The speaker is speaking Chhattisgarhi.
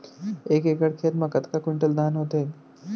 एक एकड़ खेत मा कतका क्विंटल धान होथे?